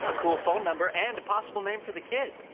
cool phone number and a possible name for the kid!